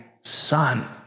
son